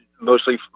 mostly